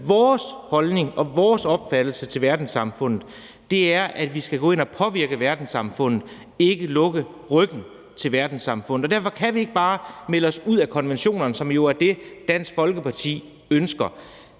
Vores holdning til og vores opfattelse af verdenssamfundet er, at vi skal gå ind og påvirke verdenssamfundet, ikke vende ryggen til verdenssamfundet. Derfor kan vi ikke bare melde os ud af konventionerne, som jo er det, Dansk Folkeparti ønsker.